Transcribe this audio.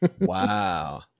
Wow